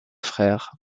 frères